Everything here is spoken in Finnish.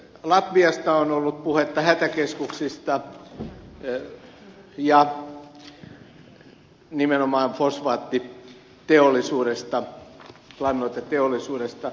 latviasta on ollut puhetta hätäkeskuksista ja nimenomaan fosfaattiteollisuudesta lannoiteteollisuudesta fingridistä